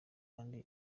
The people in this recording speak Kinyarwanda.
kandi